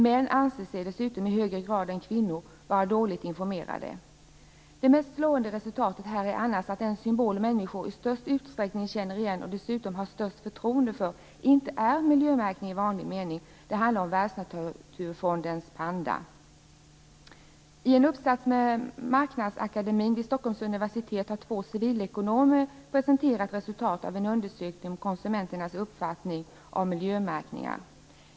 Män anser sig dessutom i högre grad än kvinnor vara dåligt informerade. Det mest slående här är annars att den symbol som människor i störst utsträckning känner igen och dessutom har störst förtroende för inte är miljömärkning i vanlig mening. Det handlar om I en uppsats från Marknadsakademin vid Stockholms universitet har två civilekonomer presenterat resultat av en undersökning om konsumenternas uppfattning av miljömärkningar.